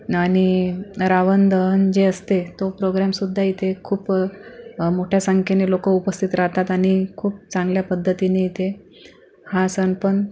आणि रावण दहन जे असते तो प्रोग्रॅम सुद्धा इथे खूप मोठ्या संख्येने लोक उपस्थित राहतात आणि खूप चांगल्या पद्धतीने इथे हा सण पण